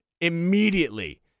immediately